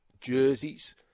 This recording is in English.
jerseys